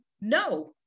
No